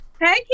Hey